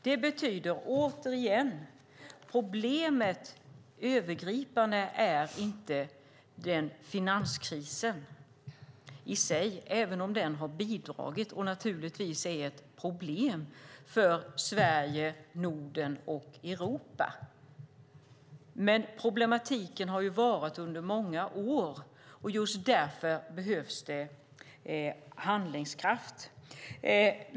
Det betyder att det övergripande problemet inte är finanskrisen, även om den har bidragit och naturligtvis är ett problem för Sverige, Norden och Europa. Men problematiken har varat under många år. Just därför behövs det handlingskraft.